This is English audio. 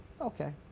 Okay